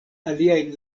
aliajn